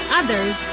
others